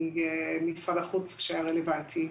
ממשרד החוץ כשהיה רלוונטי.